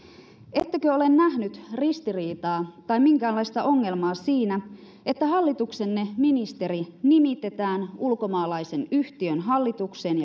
ettekö ole nähnyt ristiriitaa tai minkäänlaista ongelmaa siinä että hallituksenne ministeri nimitetään ulkomaalaisen yhtiön hallitukseen